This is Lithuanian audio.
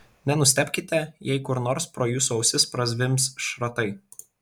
nenustebkite jei kur nors pro jūsų ausis prazvimbs šratai